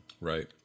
right